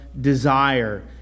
desire